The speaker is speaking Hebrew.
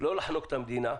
לא לחנוק את המדינה.